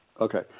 Okay